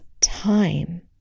time